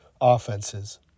offenses